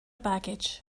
baggage